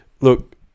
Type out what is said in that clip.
look